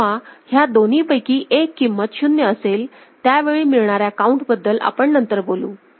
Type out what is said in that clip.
जेव्हा ह्या दोन्हीपैकी एक किंमत 0 असेलत्यावेळी मिळणाऱ्या काउंट बद्दल आपण नंतर बोलु